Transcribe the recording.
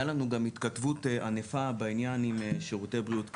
היה לנו גם התכתבות ענפה בעניין עם שירותי בריאות כללית.